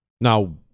now